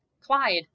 Clyde